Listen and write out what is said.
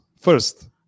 First